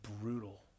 brutal